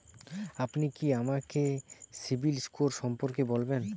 আপনি কি আমাকে সিবিল স্কোর সম্পর্কে বলবেন?